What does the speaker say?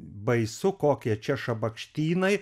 baisu kokie čia šabakštynai